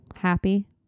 happy